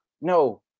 no